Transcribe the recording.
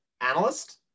analyst